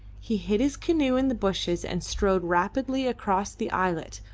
he hid his canoe in the bushes and strode rapidly across the islet,